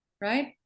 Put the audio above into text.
right